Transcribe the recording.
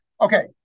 Okay